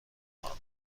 ماند